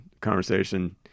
conversation